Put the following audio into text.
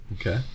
Okay